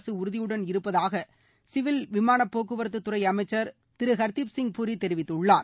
அரசு உறுதியுடன் இருப்பதாக சிவில் விமான போக்குவரத்துத் துறை அமைச்சர் திரு ஹர்திப் சிங் பூரி தெரிவித்துள்ளார்